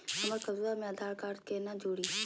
हमर खतवा मे आधार कार्ड केना जुड़ी?